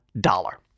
dollar